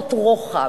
השלכות רוחב.